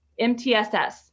MTSS